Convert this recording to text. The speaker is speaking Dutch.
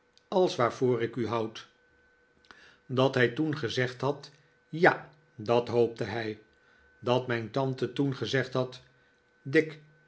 als waarvoor ik u houd dat hij toen gezegd had ja dat hoopte hij dat mijn tante toen gezegd had dick